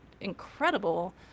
incredible